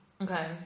Okay